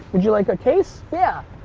would you like a case? yeah.